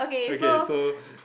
okay so